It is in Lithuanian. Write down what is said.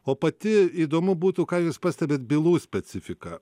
o pati įdomu būtų ką jūs pastebit bylų specifiką